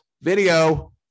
Video